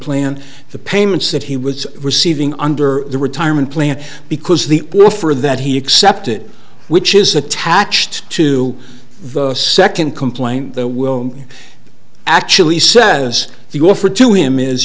plan the payments that he was receiving under the retirement plan because the offer that he accepted which is attached to the second complaint that will actually says the offer to him is